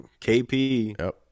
KP